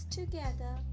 together